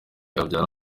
abyara